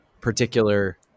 particular